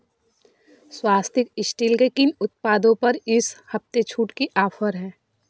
स्वस्तिक steel के किन उत्पादों पर इस हफ़्ते छूट के ऑफ़र हैं